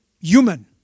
human